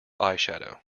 eyeshadow